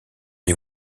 les